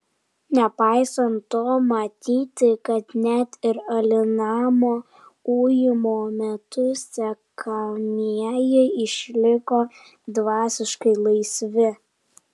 nepaisant to matyti kad net ir alinamo ujimo metu sekamieji išliko dvasiškai laisvi